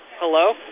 Hello